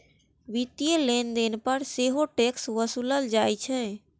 वित्तीय लेनदेन पर सेहो टैक्स ओसूलल जाइ छै